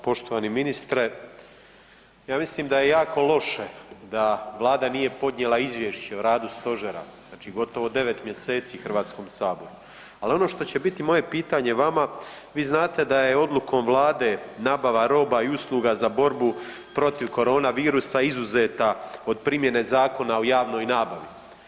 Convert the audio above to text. Poštovani ministre, ja mislim da je jako loše da Vlada nije podnijela izvješće o radu stožera znači gotovo 9 mjeseci Hrvatskom saboru, ali ono što će biti moje pitanje vama, vi znate da je odlukom Vlade nabava roba i usluga za borbu protiv korona virusa izuzeta od primjene Zakona o javnoj nabavi.